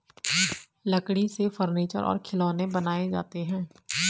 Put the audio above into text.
लकड़ी से फर्नीचर और खिलौनें बनाये जाते हैं